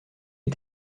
est